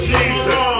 Jesus